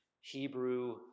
Hebrew